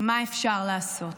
/ מה אפשר לעשות".